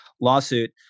lawsuit